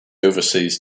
overseas